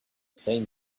same